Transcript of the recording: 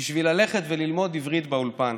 בשביל ללכת וללמוד עברית באולפן.